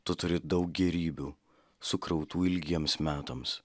tu turi daug gėrybių sukrautų ilgiems metams